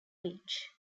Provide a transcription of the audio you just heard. beach